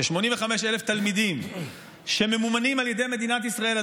ש-85,000 תלמידים שממומנים על ידי מדינת ישראל,